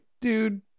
dude